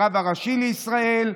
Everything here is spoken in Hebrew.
הרב הראשי לישראל,